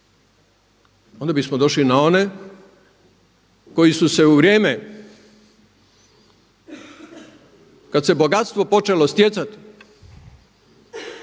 onda bismo došli i na one koji su se u vrijeme kad se bogatstvo počelo stjecati